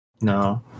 No